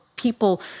people